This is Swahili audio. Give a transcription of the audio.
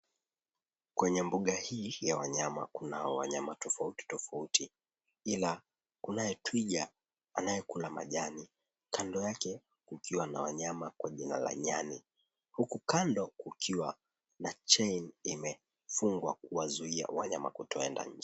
Kwenye mbuga hii ya wanyama kuna wanyama tofauti tofauti, ila kunaye twiga anayokula majani, kando yake ukiwa na wanyama kwa jina la nyani, huku kando kukiwa na chain imefungwa kuwazuia wanyama kutoenda nje.